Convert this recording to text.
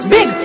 Big